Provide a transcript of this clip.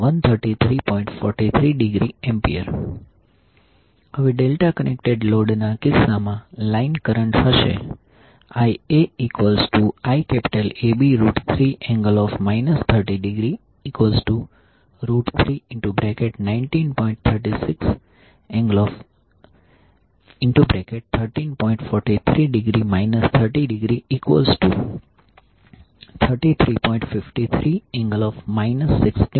43°A હવે delta connected લોડના કિસ્સામાં લાઈન કરંટ હશે IaIAB3∠ 30°319